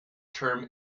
term